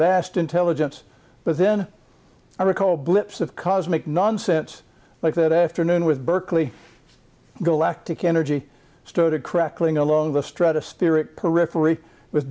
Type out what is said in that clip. vast intelligence but then i recall blips of cosmic nonsense like that afternoon with berkeley galactic energy started crackling along the stratospheric periphery with